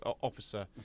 officer